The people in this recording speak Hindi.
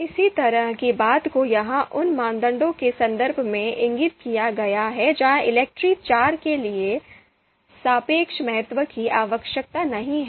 इसी तरह की बात को यहां उन मानदंडों के संदर्भ में इंगित किया गया है जहां ELECTRE IV के लिए सापेक्ष महत्व की आवश्यकता नहीं है